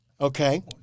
Okay